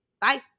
Bye